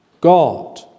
God